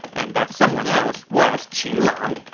and that someone else was qin lang,